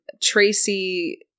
Tracy